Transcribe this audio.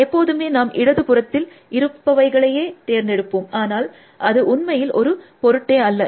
எப்போதுமே நாம் இடது புறத்தில் இருப்பவைகளையே தேர்ந்தெடுப்போம் ஆனால் அது உண்மையில் ஒரு பொருட்டே இல்லை